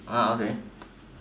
okay